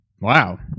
Wow